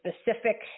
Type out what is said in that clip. specific